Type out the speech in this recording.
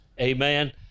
Amen